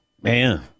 man